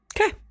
Okay